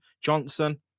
Johnson